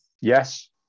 Yes